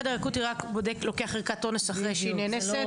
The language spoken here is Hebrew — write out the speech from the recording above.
חדר אקוטי רק לוקח בדיקת אונס אחרי שהיא נאנסת,